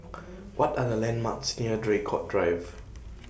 What Are The landmarks near Draycott Drive